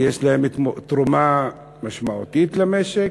ויש להן תרומה משמעותית למשק.